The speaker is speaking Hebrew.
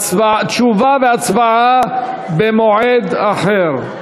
תשובה והצבעה במועד אחר.